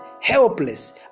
helpless